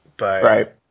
Right